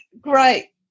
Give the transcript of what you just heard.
great